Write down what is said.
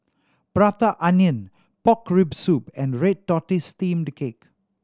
Prata Onion pork rib soup and red tortoise steamed cake